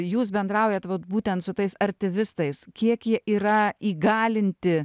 jūs bendraujat vat būtent su tais artivistais kiek jie yra įgalinti